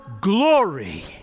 glory